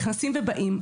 נכנסים ובאים,